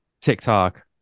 TikTok